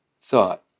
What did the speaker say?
thought